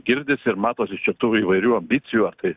girdisi ir matosi šitų įvairių ambicijų o tai